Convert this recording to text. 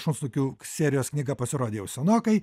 šunsnukių serijos knyga pasirodė jau senokai